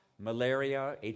Malaria